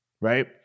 right